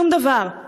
שום דבר,